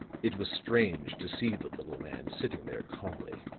it was strange to see the little man sitting there calmly,